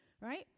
right